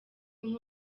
nk’u